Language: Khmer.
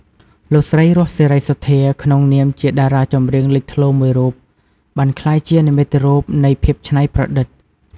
លោកស្រី រស់ សេរីសុទ្ធា ក្នុងនាមជាតារាចម្រៀងលេចធ្លោមួយរូប បានក្លាយជា និមិត្តរូបនៃភាពច្នៃប្រឌិត ។